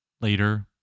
later